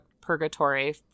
purgatory